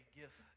gift